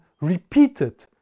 repeated